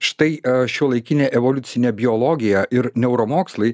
štai šiuolaikinė evoliucinė biologija ir neuromokslai